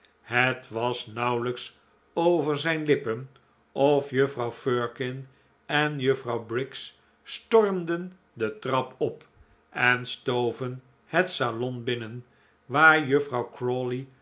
het was nauwelijks over zijn lippen of juffrouw firkin en juffrouw briggs stormden de trap op en stoven het salon binnen waar juffrouw